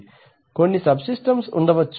మీకు కొన్ని subsystems ఉండవచ్చు